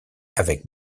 avec